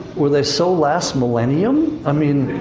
were they so last millennium? i mean,